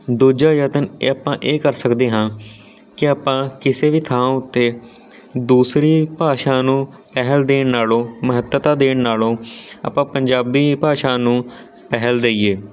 ਦੂਜਾ ਯਤਨ ਇਹ ਆਪਾਂ ਇਹ ਕਰ ਸਕਦੇ ਹਾਂ ਕਿ ਆਪਾਂ ਕਿਸੇ ਵੀ ਥਾਂ ਉੱਤੇ ਦੂਸਰੀ ਭਾਸ਼ਾ ਨੂੰ ਪਹਿਲ ਦੇਣ ਨਾਲੋਂ ਮਹੱਤਤਾ ਦੇਣ ਨਾਲੋਂ ਆਪਾਂ ਪੰਜਾਬੀ ਭਾਸ਼ਾ ਨੂੰ ਪਹਿਲ ਦੇਈਏ